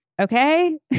Okay